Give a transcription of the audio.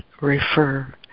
refer